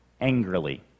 angrily